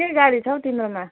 के गाडी छ हौ तिम्रोमा